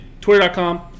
Twitter.com